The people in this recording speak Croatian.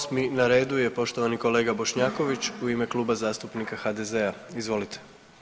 8. na redu je poštovani kolega Bošnjaković u ime Kluba zastupnika HDZ-a, izvolite.